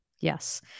Yes